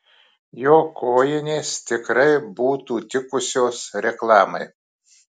jo kojinės tikrai būtų tikusios reklamai